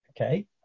Okay